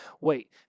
Wait